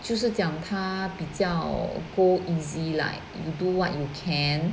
就是讲他比较 go easy like you do what you can